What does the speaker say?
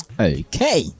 Okay